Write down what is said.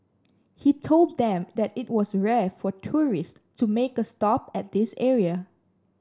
he told them that it was rare for tourist to make a stop at this area